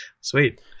Sweet